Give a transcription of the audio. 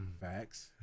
Facts